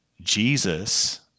Jesus